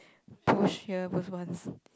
push here was once